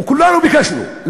וכולנו ביקשנו,